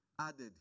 added